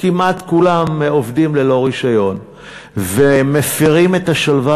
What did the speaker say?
כמעט כולם עובדים ללא רישיון ומפרים את השלווה